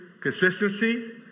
consistency